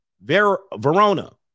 Verona